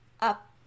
up